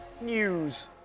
news